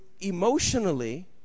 emotionally